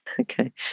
Okay